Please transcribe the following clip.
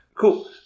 Cool